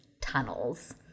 tunnels